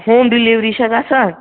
home delivery چھا گژھان